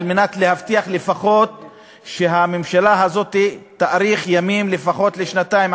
על מנת להבטיח שהממשלה הזאת תאריך ימים לפחות שנתיים,